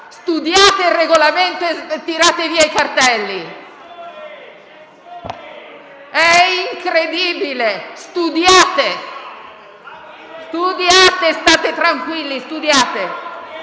Studiate il Regolamento e tirate via i cartelli. È incredibile. Studiate! Studiate e state tranquilli!